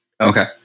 Okay